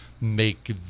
make